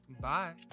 Bye